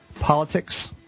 Politics